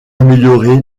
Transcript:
amélioré